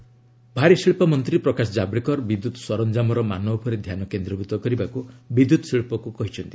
ଜାବେଡ଼୍କର ଇଲେକ୍ରାମା ଭାରିଶିଳ୍ପ ମନ୍ତ୍ରୀ ପ୍ରକାଶ ଜାବ୍ଡେକର ବିଦ୍ୟୁତ୍ ସରଞ୍ଜାମର ମାନ ଉପରେ ଧ୍ୟାନ କେନ୍ଦ୍ରୀଭୂତ କରିବାକୁ ବିଦ୍ୟୁତ୍ ଶିଳ୍ପକୁ କହିଛନ୍ତି